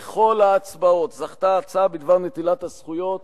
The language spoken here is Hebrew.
בכל ההצבעות זכתה ההצעה בדבר נטילת הזכויות